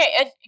Okay